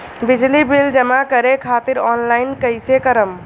बिजली बिल जमा करे खातिर आनलाइन कइसे करम?